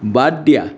বাদ দিয়া